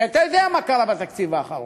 כי אתה יודע מה קרה בתקציב האחרון,